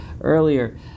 earlier